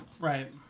right